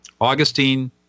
Augustine